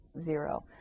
zero